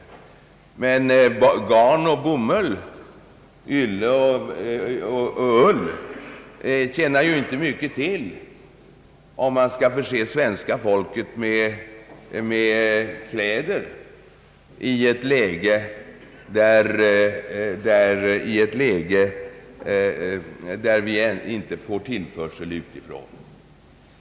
Men garn och bomull, ylle och ull är inte till stor nytta om man skall förse svenska folket med kläder i ett läge där vi inte får tillförsel utifrån.